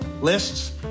lists